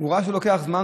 והוא ראה שזה לוקח זמן,